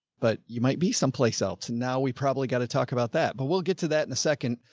but you might be someplace else. now, we probably got to talk about that, but we'll get to that in a second.